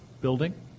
building